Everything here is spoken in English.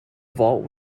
vault